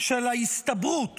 של ההסתברות